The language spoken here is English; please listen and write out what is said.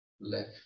left